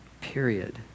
period